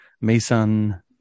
Mason